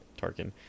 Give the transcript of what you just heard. Tarkin